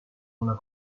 una